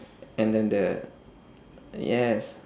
and then the yes